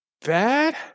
bad